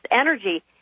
energy